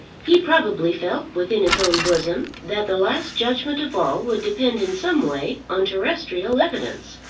he probably felt within his own bosom that the last judgment of all would depend in some way on terrestrial evidence,